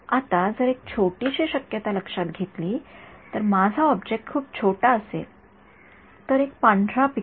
आता जर एक छोटीशी शक्यता लक्षात घेता माझा ऑब्जेक्ट खूप छोटा असेल तर एक पांढरा पिक्सेल